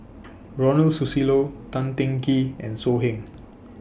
Ronald Susilo Tan Teng Kee and So Heng